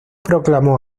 proclamó